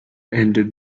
ended